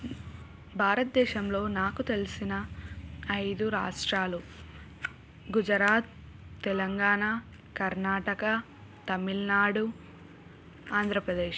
భారతదేశంలో నాకు తెలిసిన ఐదు రాష్ట్రాలు గుజరాత్ తెలంగాణ కర్ణాటక తమిళనాడు ఆంధ్రప్రదేశ్